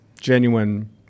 genuine